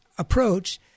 approach